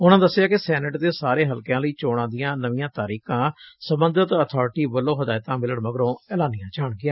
ਉਾਂ ਦੱਸਿਆ ਕਿ ਸੈਨੇਟ ਦੇ ਸਾਰੇ ਹਲਕਿਆਂ ਲਈ ਚੋਣਾਂ ਦੀਆਂ ਨਵੀਆਂ ਤਾਰੀਕਾਂ ਸਬੰਧਤ ਅਥਾਰਿਟੀ ਵਲੌ ਹਦਾਇਤਾਂ ਮਿਲਣ ਮਗਰੋਂ ਐਲਾਨੀਆਂ ਜਾਣਗੀਆਂ